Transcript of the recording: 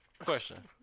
Question